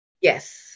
Yes